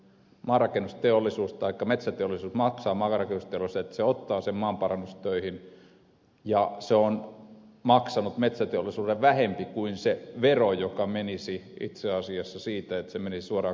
maanrakennusteollisuus taikka metsäteollisuus maksaa maanrakennusteollisuudelle että se ottaa sen maanparannustöihin ja se on maksanut metsäteollisuudelle vähempi kuin se vero joka menisi itse asiassa siitä että se menisi suoraan kaatopaikalle